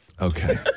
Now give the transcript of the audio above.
Okay